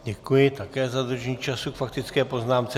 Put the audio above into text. Děkuji také za dodržení času k faktické poznámce.